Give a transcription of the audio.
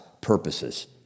purposes